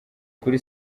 kuri